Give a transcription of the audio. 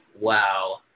wow